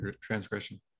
transgression